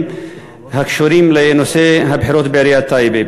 הקשורים לנושא הבחירות בעיריית טייבה.